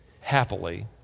happily